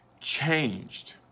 changed